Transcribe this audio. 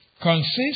consists